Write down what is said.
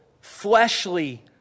fleshly